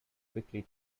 quickly